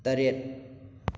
ꯇꯔꯦꯠ